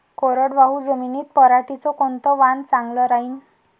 कोरडवाहू जमीनीत पऱ्हाटीचं कोनतं वान चांगलं रायीन?